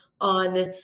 On